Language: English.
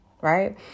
right